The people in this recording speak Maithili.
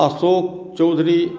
अशोक चौधरी